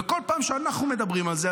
וכל פעם שאנחנו מדברים על זה,